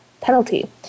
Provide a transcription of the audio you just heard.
penalty